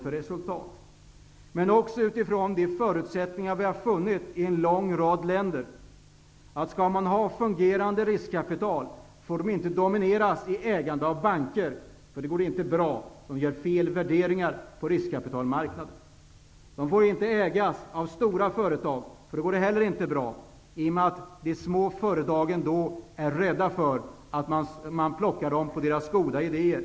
Vi har gjort detta utifrån de förutsättningar vi har funnit i en lång rad länder, nämligen att om man skall ha fungerande riskkapitalföretag får de inte domineras av ägande banker. Det går inte bra. De gör fel värderingar på riskkapitalmarknaden. Riskkapitalbolagen får inte ägas av stora företag. Det går heller inte bra. De små företagen är då rädda för att man plockar dem på deras goda idéer.